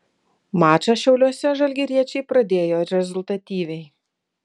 mačą šiauliuose žalgiriečiai pradėjo rezultatyviai